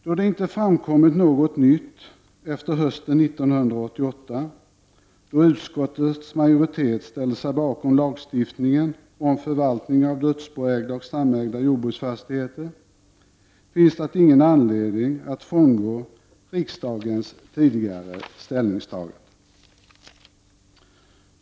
Då det inte framkommit något nytt efter hösten 1988, när utskottets majoritet ställde sig bakom lagstiftningen om förvaltning av döds boägda och samägda jordbruksfastigheter, finns det ingen anledning att frångå riksdagens tidigare ställningstagande.